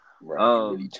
Right